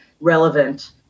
relevant